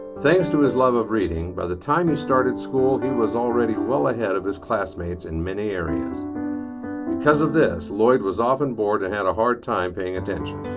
thanks to his love of reading, by the time he started school he was already well ahead of his classmates in many areas because of this lloyd was often bored and had a hard time paying attention.